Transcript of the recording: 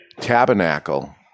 tabernacle